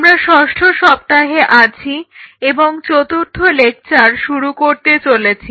আমরা ষষ্ঠ সপ্তাহে আছি এবং চতুর্থ লেকচার শুরু করতে চলেছি